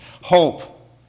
hope